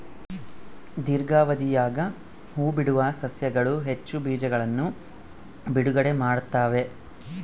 ದೀರ್ಘಾವಧಿಯಾಗ ಹೂಬಿಡುವ ಸಸ್ಯಗಳು ಹೆಚ್ಚು ಬೀಜಗಳನ್ನು ಬಿಡುಗಡೆ ಮಾಡ್ತ್ತವೆ